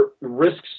risks